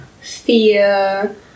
Fear